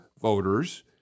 voters